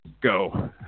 go